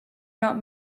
not